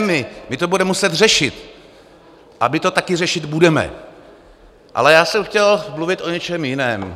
My to budeme muset řešit a my to taky řešit budeme, ale já jsem chtěl mluvit o něčem jiném.